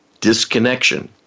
disconnection